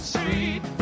Street